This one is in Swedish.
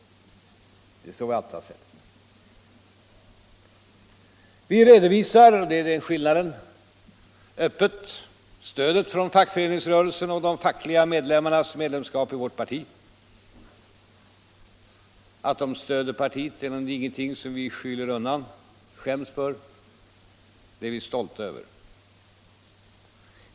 Det är så vi alltid har sett det. Vi redovisar — och det är skillnaden — öppet stödet från fackföreningsrörelsen och de fackliga medlemmarnas medlemskap i vårt 155 parti. Att de stöder partiet är ingenting som vi skymmer undan och skäms för, utan det är vi stolta över.